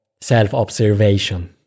Self-observation